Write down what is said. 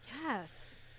Yes